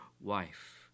wife